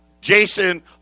Jason